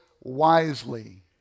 wisely